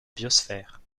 biosphère